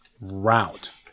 route